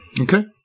Okay